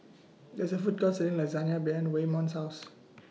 There IS A Food Court Selling Lasagne behind Waymon's House